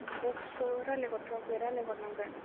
बक्सखौ रायलायहरथ'आखै रायलायहरनांगोन